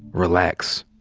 relax.